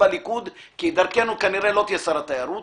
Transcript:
בליכוד כי דרכנו כנראה לא תהיה שר התיירות